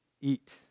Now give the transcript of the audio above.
eat